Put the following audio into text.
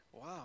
wow